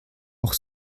auch